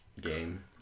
game